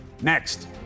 next